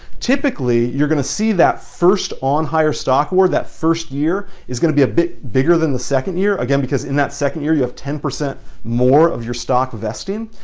typically you're gonna see that first on hire stock award that first year is gonna be a bit bigger than the second year, again because in that second year you have ten percent more of your stock vesting.